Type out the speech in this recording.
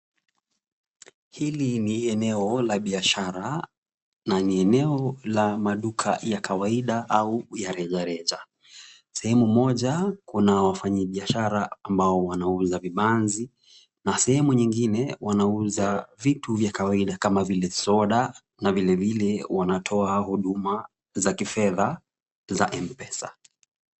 Hili ni eneo la biashara na ni eneo la maduka ya kawaida au ya reja reja. Sehemu moja kuna wafanyibiashara ambao wanauza vibanzi na sehemu nyingine wanauza vitu vya kawaida kama vile soda na vilevile wanatoa huduma za kifedha za M-Pesa.